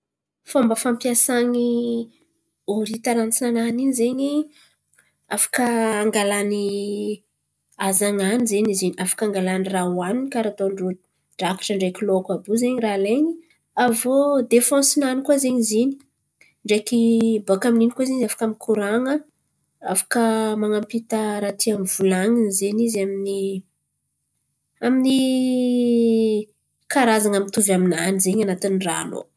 Fomba fampiasany orita rantsanany in̈y ze afaka angalany hazan̈any zen̈y zin̈y afaka angalany raha oaniny afaka mampita drakatra ndraiky loko àby io zen̈y raha alainy. Aviô defansy nany koa zen̈y zin̈y. Ndraiky baka amin’ny in̈y koa izy afaka mikoran̈a afaka mampita raha tiany volan̈iny amin’ny amin’ny karazan̈a mitovy aminany zen̈y an̈atiny ran̈o ao.